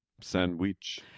Sandwich